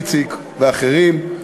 איציק ואחרים.